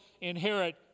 inherit